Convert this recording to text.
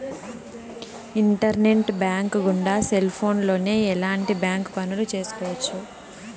internet bank గుండా cell ఫోన్లోనే ఎలాంటి బ్యాంక్ పనులు చేసుకోవచ్చు